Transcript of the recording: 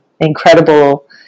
incredible